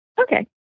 Okay